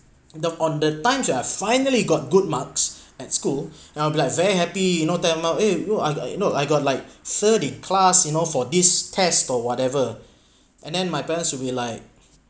the on the times you're finally got good marks at school and I'll be like very happy you know eh you are you know I got like third in class you know for this test or whatever and then my parents would be like